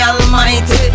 Almighty